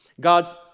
God's